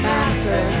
Master